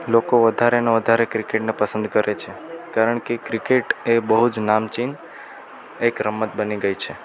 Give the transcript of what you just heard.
લોકો વધારેને વધારે ક્રિકેટને પસંદ કરે છે કારણકે ક્રિકેટ એ બહુ જ નામચીન એક રમત બની ગઈ છે